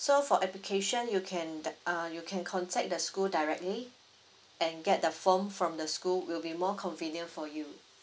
so for application you can err you can contact the school directly and get the form from the school will be more convenient for you